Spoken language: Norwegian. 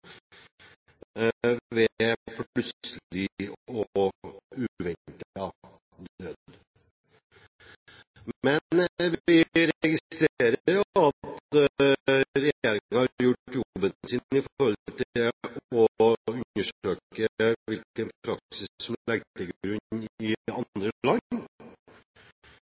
plutselig og uventet død. Men vi registrerer at regjeringen har gjort jobben sin ved å undersøke hvilken praksis som legges til grunn i andre land.